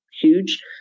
huge